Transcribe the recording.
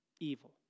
Evil